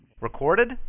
Recorded